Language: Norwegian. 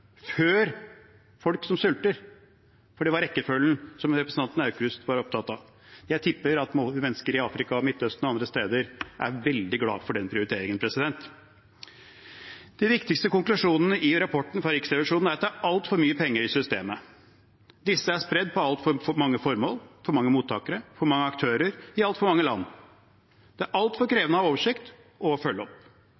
før folk som sulter – for det var rekkefølgen av det som representanten Aukrust var opptatt av. Jeg tipper at mennesker i Afrika, Midtøsten og andre steder er veldig glad for den prioriteringen. Den viktigste konklusjonen i rapporten fra Riksrevisjonen er at det er altfor mye penger i systemet. Disse er spredt på altfor mange formål, for mange mottakere, for mange aktører og i altfor mange land. Det er altfor